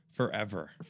forever